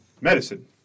medicine